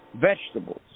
Vegetables